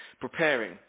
preparing